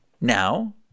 now